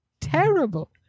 terrible